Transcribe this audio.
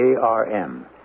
ARM